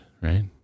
right